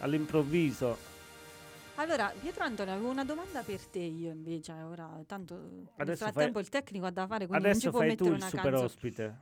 All'improvviso. Allora, Pietro Antonio, avevo una domanda per te io invece, ora, tanto, eh, nel Adesso frattempo fai- il tecnico ha da fare, quindi non adesso ci può fai tu mettere il una super canzone. ospite.